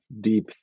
deep